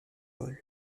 paul